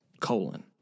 Colon